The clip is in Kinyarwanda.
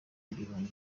ibihumbi